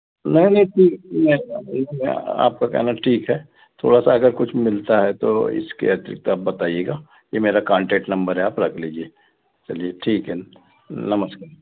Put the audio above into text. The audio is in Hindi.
नहीं नहीं फिर नहीं आपका कहना ठीक है थोड़ा सा अगर कुछ मिलता है तो इसके अतिरिक्त आप बताइएगा ये मेरा कांटैक्ट नंबर है आप रख लीजिए चलिए ठीक है नमस्ते